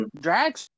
Drag